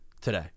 today